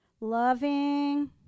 Loving